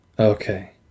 Okay